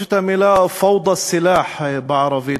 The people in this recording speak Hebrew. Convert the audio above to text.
יש "פוודא סלאח" בערבית,